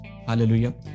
Hallelujah